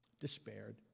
despaired